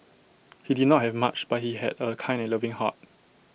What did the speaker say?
he did not have much but he had A kind and loving heart